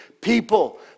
people